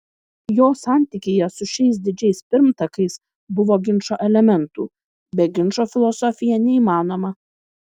jo santykyje su šiais didžiais pirmtakais buvo ginčo elementų be ginčo filosofija neįmanoma